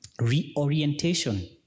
reorientation